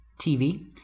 TV